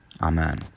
Amen